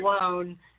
alone